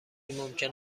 ممکن